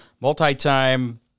Multi-time